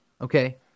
Okay